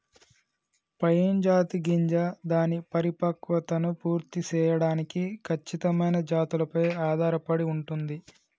pine జాతి గింజ దాని పరిపక్వతను పూర్తి సేయడానికి ఖచ్చితమైన జాతులపై ఆధారపడి ఉంటుంది